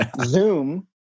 zoom